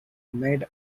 made